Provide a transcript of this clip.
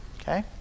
Okay